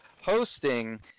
hosting